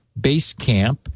Basecamp